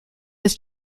his